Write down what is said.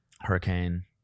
hurricane